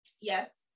Yes